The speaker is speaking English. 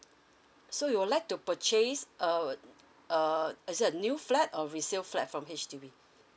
so you would like to purchase a a is it a new flat or resale flat from H_D_B